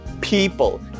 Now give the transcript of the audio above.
people